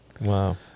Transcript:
Wow